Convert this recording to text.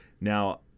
Now